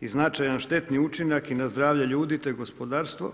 i značajan štetni učinak i na zdravlje ljude, te gospodarstvo.